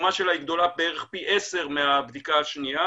התרומה שלה היא גדולה בערך פי עשר מהבדיקה השנייה,